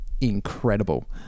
incredible